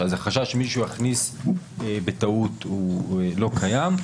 אז החשש שמישהו יכניס בטעות הוא לא קיים.